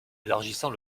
élargissant